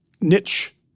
niche